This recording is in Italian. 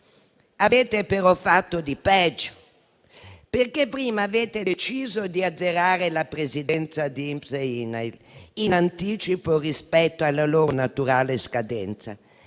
Avete però fatto di peggio, perché prima avete deciso di azzerare le presidenze di INPS e INAIL in anticipo rispetto alla loro naturale scadenza,